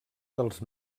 dels